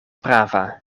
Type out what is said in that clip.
prava